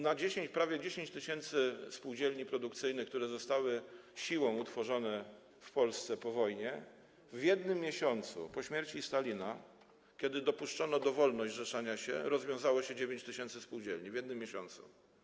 Na 10, prawie 10 tys. spółdzielni produkcyjnych, które zostały siłą utworzone w Polsce po wojnie, w jednym miesiącu, po śmierci Stalina, kiedy dopuszczono dowolność zrzeszania się, rozwiązało się 9 tys. spółdzielni, w jednym miesiącu.